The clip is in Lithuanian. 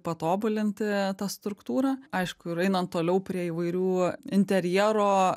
patobulinti tą struktūrą aišku ir einant toliau prie įvairių interjero